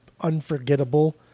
unforgettable